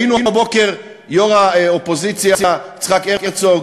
היינו הבוקר, יושב-ראש האופוזיציה יצחק הרצוג,